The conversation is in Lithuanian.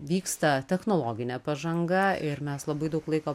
vyksta technologinė pažanga ir mes labai daug laiko